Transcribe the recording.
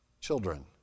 children